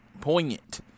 Poignant